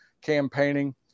campaigning